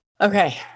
Okay